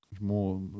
more